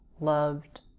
loved